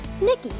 Nikki